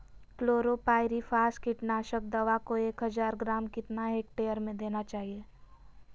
Chlorpyrifos कीटनाशक दवा को एक हज़ार ग्राम कितना हेक्टेयर में देना चाहिए?